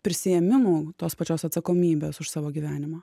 prisiėmimu tos pačios atsakomybės už savo gyvenimą